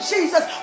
Jesus